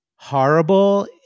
horrible